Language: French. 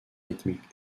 rythmique